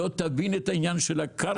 לא תבין את העניין של הקרקע,